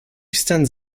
stands